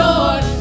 Lord